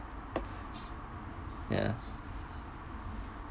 ya